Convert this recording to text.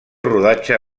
rodatge